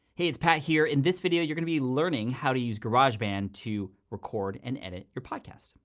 hey it's pat here, in this video you're gonna be learning how to use garageband to record and edit your podcast.